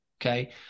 okay